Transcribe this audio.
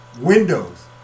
windows